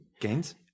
Gains